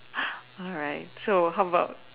alright so how about